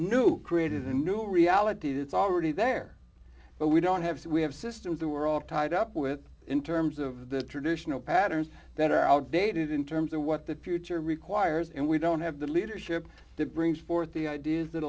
new created a new reality that's already there but we don't have and we have systems that were all tied up with in terms of the traditional patterns that are outdated in terms of what the future requires and we don't have the leadership to bring forth the ideas that